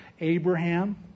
Abraham